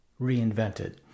reinvented